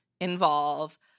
involve